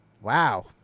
Wow